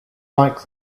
like